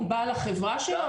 הוא בעל החברה שלו?